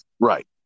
Right